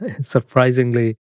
Surprisingly